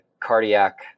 cardiac